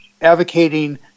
advocating